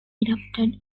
erupted